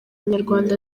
nyarwanda